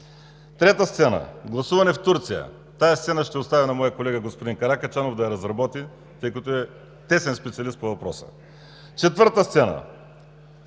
Трета сцена: гласуване в Турция. Тази сцена ще оставя на моя колега господин Каракачанов да я разработи, тъй като е тесен специалист по въпроса. Четвърта сцена: